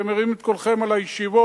אתם מרימים את קולכם על הישיבות,